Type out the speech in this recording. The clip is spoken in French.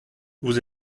vous